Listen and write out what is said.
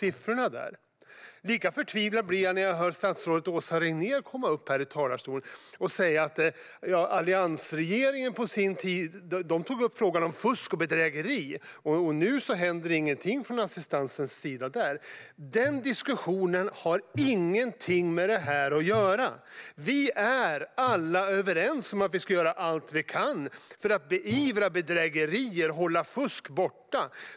Jag blir lika förtvivlad när jag hör statsrådet Åsa Regnér komma upp i talarstolen och tala om att alliansregeringen på sin tid tog upp frågan om fusk och bedrägeri och att det inte hände någonting med assistansen. Den diskussionen har ingenting med detta att göra. Vi är alla överens om att vi ska göra allt vi kan för att beivra bedrägerier och hålla fusk borta.